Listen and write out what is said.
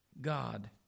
God